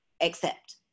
accept